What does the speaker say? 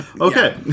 Okay